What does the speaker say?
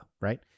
right